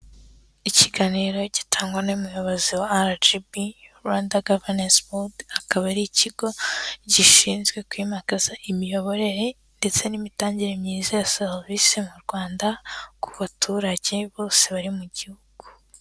Ikiganiro gitangwa n'umuyobozi wa RGB, Rwanda Governance Board, akaba ari ikigo gishinzwe kwimakaza imiyoborere ndetse n'imitangire myiza ya serivisi mu Rwanda ku baturage bose bari mu gihugu.